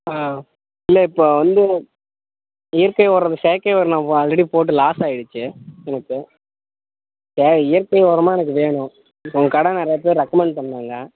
ஆ இல்லை இப்போ வந்து இயற்கை உரம் அது செயற்கை உரம் நான் ஆல்ரெடி போட்டு லாஸ் ஆகிருச்சி எனக்கு இப்போ இயற்கை உரமா எனக்கு வேணும் இப்போ உங்கள் கடை நிறையா பேர் ரெக்கமெண்ட் பண்ணிணாங்க